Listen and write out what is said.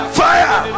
fire